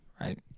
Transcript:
right